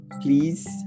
Please